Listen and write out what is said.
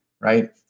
right